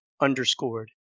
underscored